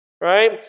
right